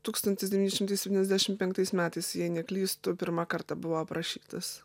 tūkstantis devyni šimtai septyniasdešim penktais metais jei neklystu pirmą kartą buvo aprašytas